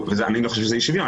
אני לא חושב שזה אי-שוויון,